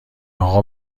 اقا